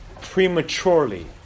prematurely